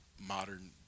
modern